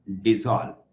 dissolve